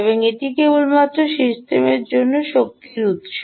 এবং এটি কেবলমাত্র সিস্টেমের জন্য শক্তির উত্স